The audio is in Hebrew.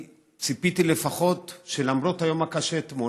ציפיתי לפחות שלמרות היום הקשה אתמול,